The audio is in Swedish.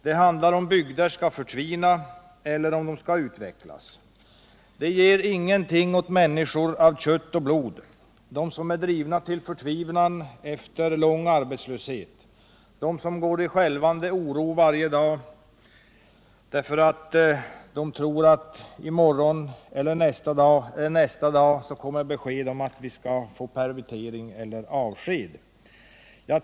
Det handlar om ifall bygder skall förtvina, eller om de skall utvecklas. Det ger ingenting åt människor av kött och blod, åt dem som är drivna till förtvivlan efter lång arbetslöshet, åt dem som går i skälvande oro varje dag därför att de tror att i morgon eller nästa dag kommer besked om att de skall få permittering eller avsked.